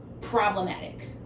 problematic